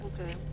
Okay